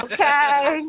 Okay